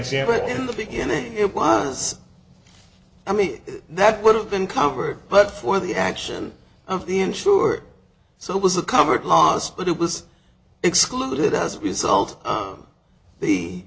example in the beginning it was a me that would have been covered but for the action of the insured so it was a covered loss but it was excluded as a result of the